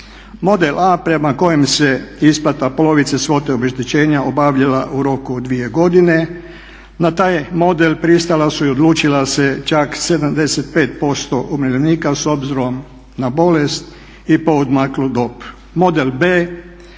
Model A prema kojem se isplata polovice svote obeštećenja obavljala u roku od 2 godine. Na taj model pristala su i odlučila se čak 75% umirovljenika s obzirom na bolest i poodmaklu dob.